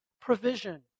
provision